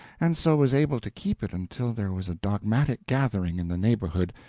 and so was able to keep it until there was a dogmatic gathering in the neighborhood,